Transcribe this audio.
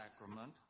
sacrament